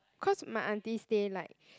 cause my aunty stay like